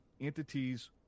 entities